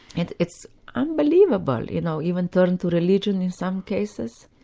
and it's unbelievable you know, even turning to religion in some cases.